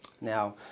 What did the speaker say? Now